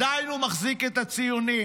הוא עדיין מחזיק את הציונים.